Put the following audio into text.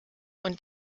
und